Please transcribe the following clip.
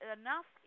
enough